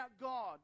God